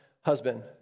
husband